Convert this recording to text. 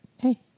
hey